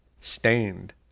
stained